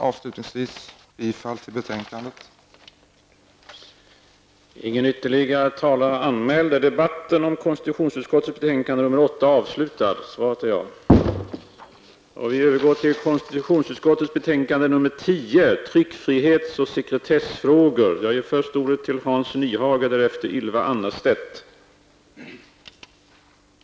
Avslutningsvis vill jag yrka bifall till hemställan i betänkandet.